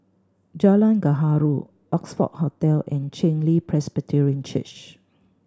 Jalan Gaharu Oxford Hotel and Chen Li Presbyterian Church